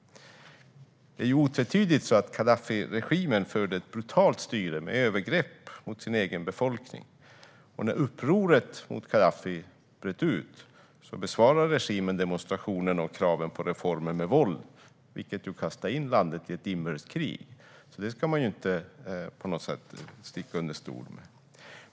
Gaddafiregimen förde otvetydigt ett brutalt styre med övergrepp mot sin egen befolkning, och när upproret mot Gaddafi bröt ut besvarade regimen demonstrationerna och kraven på reformer med våld, vilket kastade landet in i ett inbördeskrig. Det ska man inte sticka under stol med.